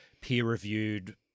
peer-reviewed